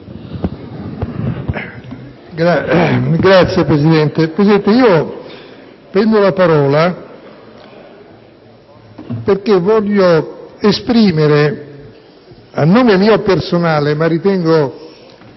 *(PD)*. Signora Presidente, prendo la parola perché voglio esprimere, a nome mio personale, ma ritengo